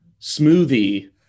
smoothie